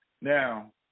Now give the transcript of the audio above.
Now